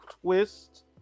twist